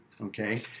okay